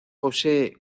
posee